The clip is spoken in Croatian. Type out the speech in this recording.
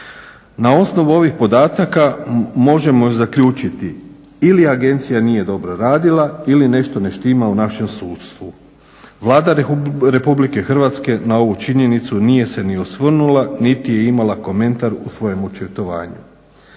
Na osnovu ovih podataka možemo zaključiti ili agencija nije dobro radila ili nešto ne štima u našem sudstvu. Vlada Republike Hrvatske na ovu činjenicu nije se ni osvrnula niti je imala komentar u svojem očitovanju.